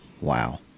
Wow